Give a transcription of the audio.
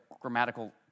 grammatical